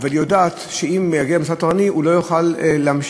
אבל היא יודעת שאם הוא יגיע למוסד תורני הוא לא יוכל להמשיך,